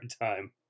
time